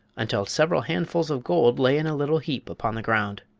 until several handfuls of gold lay in a little heap upon the ground.